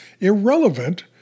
irrelevant